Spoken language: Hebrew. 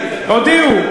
הודיעו,